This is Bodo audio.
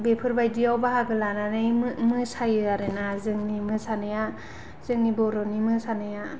बेफोर बायदिआव बाहागो लानानै मोसायो आरोना जोंनि मोसानाया जोंनि बर'नि मोसानाया